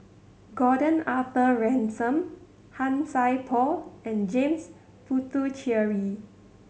Gordon Arthur Ransome Han Sai Por and James Puthucheary